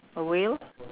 a whale